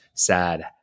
sad